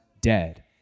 dead